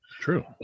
True